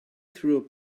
through